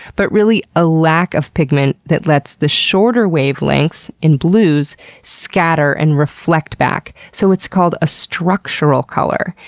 but really a lack of pigment that lets the shorter wavelengths in blues scatter and reflect back. so it's called a structural color,